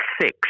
six